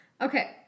Okay